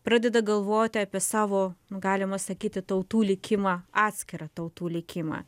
pradeda galvoti apie savo nu galima sakyti tautų likimą atskirą tautų likimą